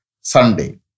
Sunday